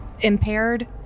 impaired